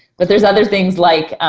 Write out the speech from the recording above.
but there's other things like